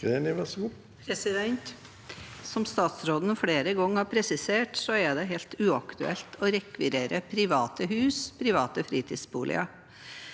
Som statsråden flere ganger har presisert, er det helt uaktuelt å rekvirere private hus og private fritidsboliger.